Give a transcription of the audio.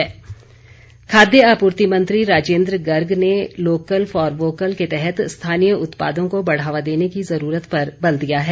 राजेन्द्र गर्ग खाद्य आपूर्ति मंत्री राजेन्द्र गर्ग ने लोकल फॉर वोकल के तहत स्थानीय उत्पादों को बढ़ावा देने की ज़रूरत पर बल दिया है